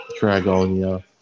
Dragonia